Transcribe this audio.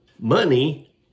Money